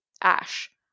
ash